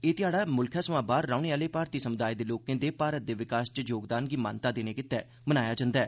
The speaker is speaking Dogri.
एह् ध्याड़ा मुल्खै सवां बाह्र रौहने आले भारतीय समुदाय दे लोकें दे भारत दे विकास च योगदान गी मानता देने गित्तै मनाया जन्दा ऐ